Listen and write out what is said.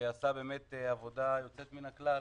על כך שעשה עבודה יוצאת מן הכלל.